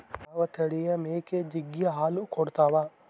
ಯಾವ ತಳಿಯ ಮೇಕೆ ಜಗ್ಗಿ ಹಾಲು ಕೊಡ್ತಾವ?